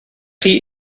chi